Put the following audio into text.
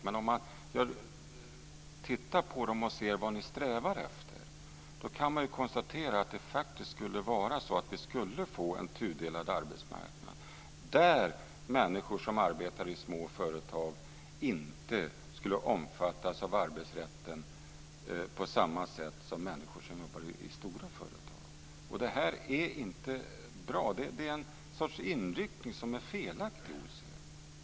Om man tittar närmare på dem och ser vad ni strävar efter kan man konstatera att vi faktiskt skulle få en tudelad arbetsmarknad. Människor som arbetar i små företag skulle inte omfattas av arbetsrätten på samma sätt som de som jobbar i stora företag. Det här är inte bra. Det är en sorts inriktning hos er som är felaktig.